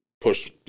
push